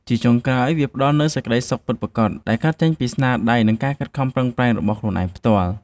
ជាចុងក្រោយ វាផ្ដល់នូវសេចក្ដីសុខពិតប្រាកដដែលកើតចេញពីស្នាដៃ និងការខិតខំប្រឹងប្រែងរបស់ខ្លួនឯងផ្ទាល់។